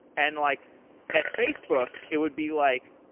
and like at facebook, it would be like,